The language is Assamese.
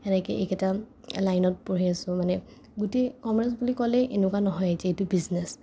এনেকে এইকেইটা লাইনত পঢ়ি আছো মানে গোটেই কমাৰ্চ বুলি ক'লে এনেকুৱা নহয় যে এইটো বিজনেচ